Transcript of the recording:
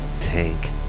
Tank